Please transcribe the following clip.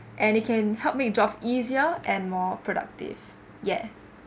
and it can help make jobs easier and more productive yeah